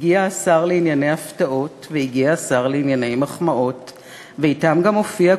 / הגיע השר לענייני הפתעות / והגיע השר לענייני מחמאות / ואתם גם הופיע,